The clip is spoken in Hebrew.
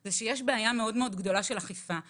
זה שיש בעיה מאוד גדולה של אכיפה.